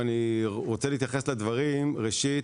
ראשית,